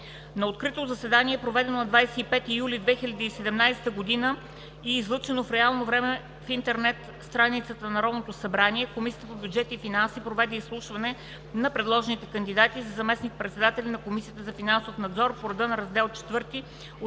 На открито заседание, проведено на 25 юли 2017 г. и излъчено в реално време в интернет страницата на Народното събрание, Комисията по бюджет и финанси проведе изслушване на предложените кандидати за заместник-председатели на Комисията за финансов надзор по реда на Раздел IV